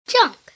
Junk